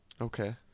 Okay